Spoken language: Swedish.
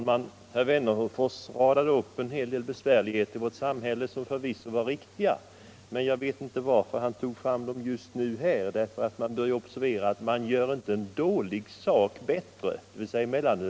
Gå ut och lyssna! Ja, det gjorde ju Ungdomens nykterhetsförbund.